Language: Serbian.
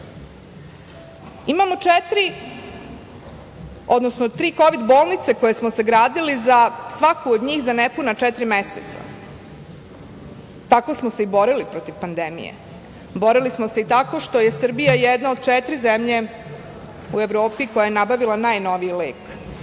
imamo tri kovid bolnice koje smo sagradili za svaku od njih za nepuna četiri meseca. Tako smo se i borili protiv pandemije. Borili smo se i tako što je Srbija jedna od četiri zemlje u Evropi koja je nabavila najnoviji lek